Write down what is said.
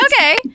okay